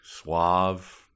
suave